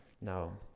No